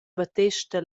battesta